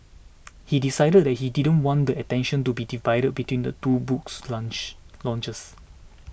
he decided that he didn't want the attention to be divided between the two books launch launches